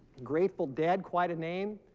grateful dead quite a name